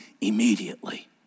immediately